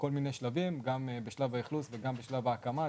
בכל מיני שלבים, גם בשלב האכלוס וגם בשלב ההקמה.